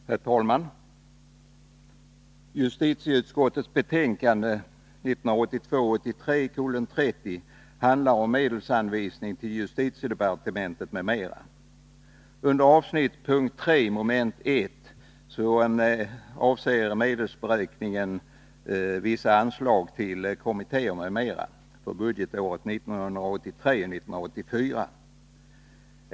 Herr talman! Justitieutskottets betänkande 1982 84.